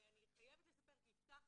ואני חייבת לספר, כי הבטחתי,